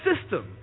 system